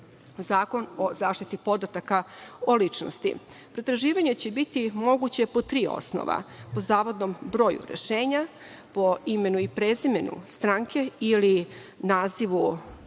Zakon o zaštiti podataka o ličnosti. Pretraživanje će biti moguće po tri osnova – po zavodnom broju rešenja, po imenu i prezimenu stranke ili nazivu